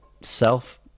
self